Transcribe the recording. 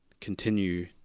continue